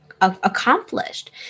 accomplished